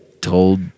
told